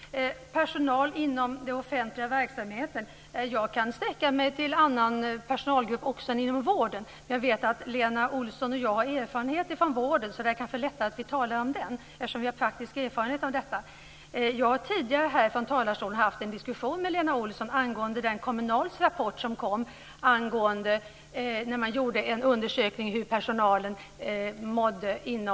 Herr talman! Med avseende på detta med personal inom den offentliga verksamheten kan jag säga att jag kan sträcka mig också till personalgrupper utanför vården. Både Lena Olsson och jag har erfarenheter från vården. Det är kanske lättare att tala om vården just därför att vi har praktisk erfarenhet av det området. Jag har tidigare här från talarstolen haft en diskussion med Lena Olsson angående Kommunals rapport om en undersökning av hur personalen mår.